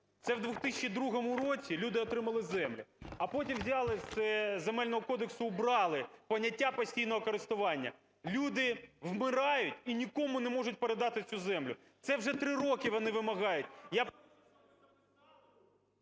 Це в 2002 році люди отримали землі, а потім взяли із Земельного кодексу убрали поняття постійного користування. Люди вмирають і нікому не можуть передати цю землю. Це вже 3 роки вони вимагають.